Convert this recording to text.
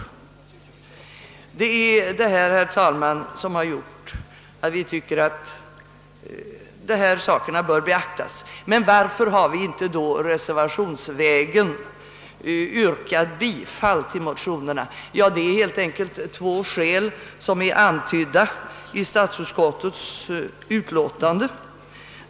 Det är denna sammanbindning, herr talman, som har gjort att vi tycker att saken bör beaktas. Varför har vi då inte reservationsvägen yrkat bifall till motionerna? Jo, av två skäl som är antydda i statsutskottets utlåtande.